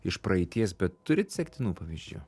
iš praeities bet turit sektinų pavyzdžių